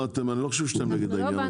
אני לא חושב שאתם נגד בעניין הזה.